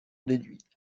déduit